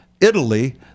Italy